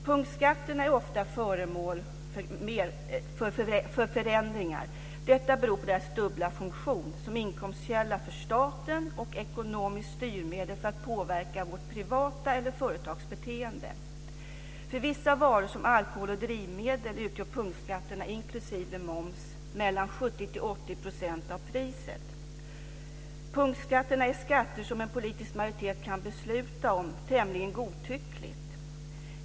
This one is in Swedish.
Punktskatterna är ofta föremål för förändringar. Detta beror på deras dubbla funktion som inkomstkälla för staten och ekonomiskt styrmedel för att påverka vårt privata eller företags beteende. För vissa varor som alkohol och drivmedel utgör punktskatterna inklusive moms 70-80 % av priset. Punkskatterna är skatter som en politisk majoritet kan besluta om tämligen godtyckligt.